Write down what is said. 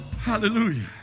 hallelujah